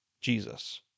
Jesus